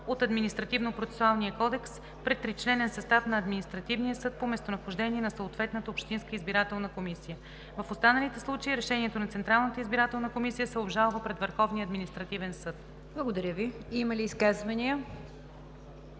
от Административнопроцесуалния кодекс пред тричленен състав на административния съд по местонахождение на съответната общинска избирателна комисия. В останалите случаи решението на Централната избирателна комисия се обжалва пред Върховния административен съд.“ ПРЕДСЕДАТЕЛ НИГЯР ДЖАФЕР: Има ли изказвания?